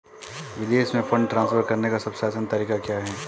विदेश में fund transfer करने का सबसे आसान तरीका क्या है?